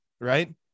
right